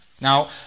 Now